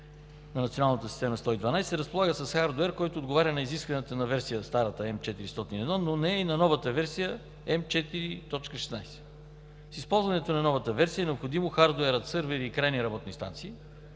112 разполага с хардуер, който отговаря на изискванията на старата версия М4.01, но не и на новата версия М4.16. С използването на новата версия е необходимо хардуерът, сървърът и крайни работни инстанции